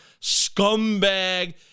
scumbag